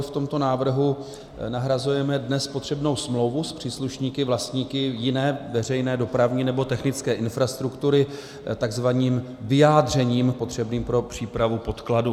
V tomto návrhu nahrazujeme dnes potřebnou smlouvu s příslušníky, vlastníky jiné veřejné dopravní nebo technické infrastruktury takzvaným vyjádřením potřebným pro přípravu podkladů.